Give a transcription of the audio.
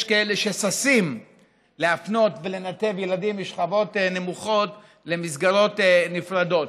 כאלה שששים להפנות ולנתב ילדים משכבות נמוכות למסגרות נפרדות.